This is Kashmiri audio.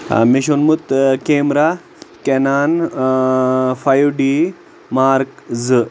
مےٚ چھُ اوٚنمُت کیمرا کیٚنان اۭں فایِو ڈی مارٕک زٕ